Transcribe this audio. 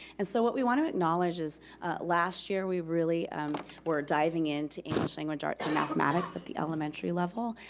and so what we want to acknowledge is last year, we really were diving into english language arts and mathematics at the elementary level,